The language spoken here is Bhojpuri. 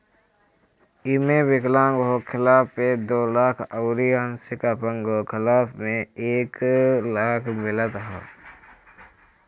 एमे विकलांग होखला पे दो लाख अउरी आंशिक अपंग होखला पे एक लाख मिलत ह